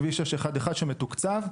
כביש 611 שמתוקצב,